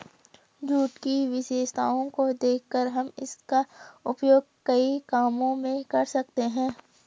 jute की विशेषताओं को देखकर हम इसका उपयोग कई कामों में कर सकते हैं